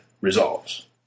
resolves